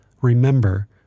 Remember